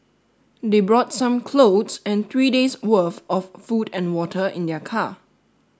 they brought some clothes and three days worth of food and water in their car